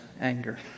anger